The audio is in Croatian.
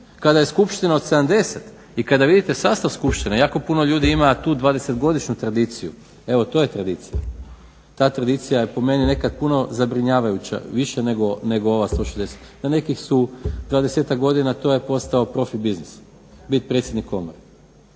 Kada je skupština od 70 i kada vidite sastav skupštine jako puno ljudi ima tu 20-godišnju tradiciju, evo to je tradicija. Ta tradicija je po meni nekad puno zabrinjavajuća više nego ova od 160. Za nekih su 20-ak godina to je postao profi biznis. Biti predsjednik komore.